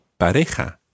pareja